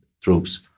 troops